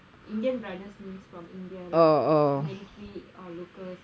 indian brothers means from india lah married three local